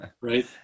Right